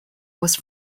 was